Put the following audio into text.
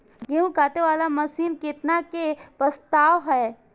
गेहूँ काटे वाला मशीन केतना के प्रस्ताव हय?